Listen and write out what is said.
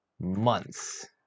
months